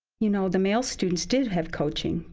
you know the male students did have coaching.